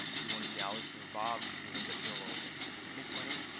do you want to be alice or bob given that your role is actually to make money.